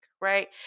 right